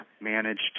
managed